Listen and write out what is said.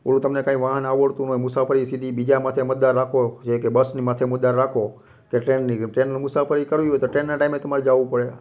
એવું તમને કાંઈ વાહન આવડતું હોય મુસાફરી સીધી બીજા માથે માથે નાખો જે કે બસની માથે મદાર રાખો કે ટ્રેનની ટ્રેનની મુસાફરી કરવી હોય પણ ટ્રેનના ટાઈમે તમારે જવું પડે